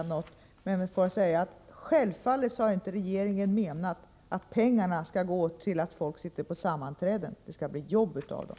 Men jag hinner ändå säga att regeringen självfallet inte har menat att pengarna skall gå till att folk sitter i sammanträden — det skall bli jobb av dem!